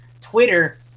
Twitter